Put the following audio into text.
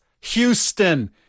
Houston